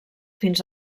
fins